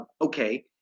Okay